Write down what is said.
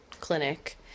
clinic